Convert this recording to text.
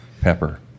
Pepper